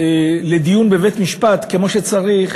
לדיון בבית-משפט כמו שצריך,